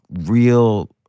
real